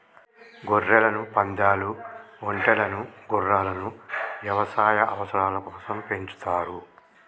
గొర్రెలను, పందాలు, ఒంటెలను గుర్రాలను యవసాయ అవసరాల కోసం పెంచుతారు